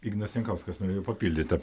ignas jankauskas norėjot papildyti